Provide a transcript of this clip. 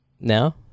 now